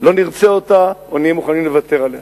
לא נרצה אותה או נהיה מוכנים לוותר עליה,